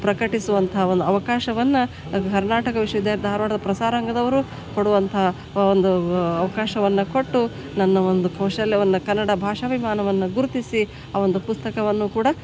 ಪ್ರಕಟಿಸುವಂಥ ಒಂದು ಅವಕಾಶವನ್ನು ಅದು ಕರ್ನಾಟಕ ವಿಶ್ವವಿದ್ಯಾಲಯ ಧಾರವಾಡದ ಪ್ರಸಾರಾಂಗದವರು ಕೊಡುವಂಥ ಆ ಒಂದು ಅವಕಾಶವನ್ನ ಕೊಟ್ಟು ನನ್ನ ಒಂದು ಕೌಶಲ್ಯವನ್ನು ಕನ್ನಡ ಭಾಷಾಭಿಮಾನವನ್ನು ಗುರುತಿಸಿ ಆ ಒಂದು ಪುಸ್ತಕವನ್ನು ಕೂಡ